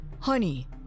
Honey